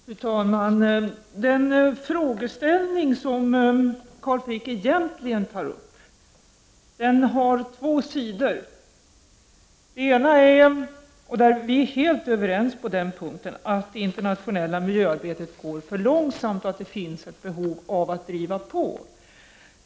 Fru talman! Den frågeställning som Carl Frick egentligen tar upp har två sidor. Den ena är — på den punkten är vi helt överens — att det internationella miljöarbetet går för långsamt och att det finns ett behov av att driva på.